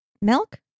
milk